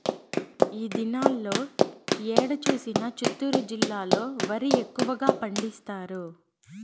ఈ దినాల్లో ఏడ చూసినా చిత్తూరు జిల్లాలో వరి ఎక్కువగా పండిస్తారు